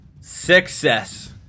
success